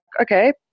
okay